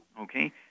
Okay